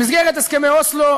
במסגרת הסכמי אוסלו